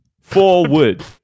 Forward